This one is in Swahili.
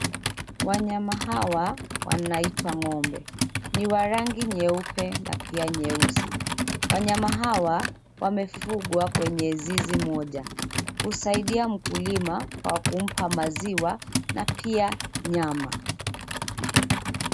Wanyama hawa wanaitwa ng'ombe. Ni wa rangi nyeupe na pia nyeusi. Wanyama hawa wamefugwa kwenye zizi moja. Husaidia mkulima kwa kumpa maziwa na pia nyama.